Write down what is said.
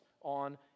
on